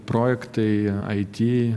projektai it